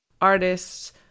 artists